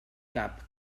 cap